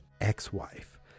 ex-wife